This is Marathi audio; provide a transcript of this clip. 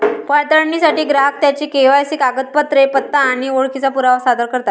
पडताळणीसाठी ग्राहक त्यांची के.वाय.सी कागदपत्रे, पत्ता आणि ओळखीचा पुरावा सादर करतात